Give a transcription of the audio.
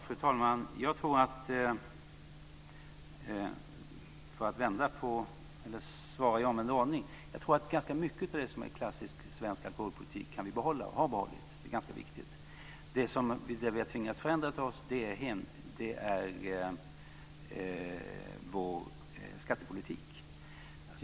Fru talman! För att svara i omvänd ordning: Jag tror att vi kan behålla och har behållit ganska mycket av det som är klassisk svensk alkoholpolitik. Det är ganska viktigt. Det som vi har tvingats förändra är vår skattepolitik.